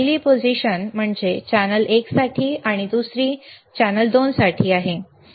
पहिली स्थिती चॅनेल एक साठी आहे दुसरी स्थिती चॅनेल 2 साठी आहे